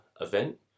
event